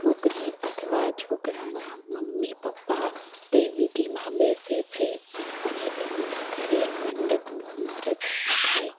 છોકરી અથવા છોકરાના મમ્મી પપ્પા તે વિધિમાં બેસે છે અને એમના ઘરે મંડપનું મૂરત નખાય